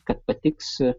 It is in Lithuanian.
kad patiks